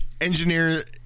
engineer